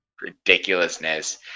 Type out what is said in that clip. ridiculousness